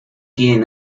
tiene